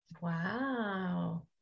Wow